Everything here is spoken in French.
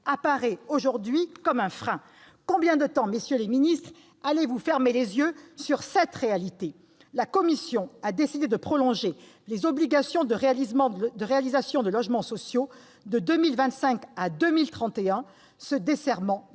apparaît aujourd'hui comme un frein. Combien de temps, messieurs les ministres, allez-vous fermer les yeux sur cette réalité ? La commission a décidé de prolonger les obligations de réalisation de logements sociaux de 2025 à 2031, ce desserrement